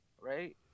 right